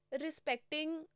respecting